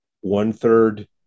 one-third